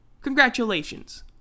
Congratulations